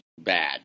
bad